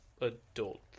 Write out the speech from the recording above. adult